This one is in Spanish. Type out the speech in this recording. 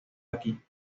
aquí